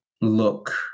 look